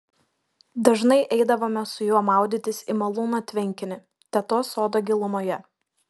dažnai eidavome su juo maudytis į malūno tvenkinį tetos sodo gilumoje